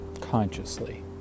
consciously